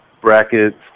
brackets